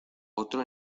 otro